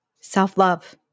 self-love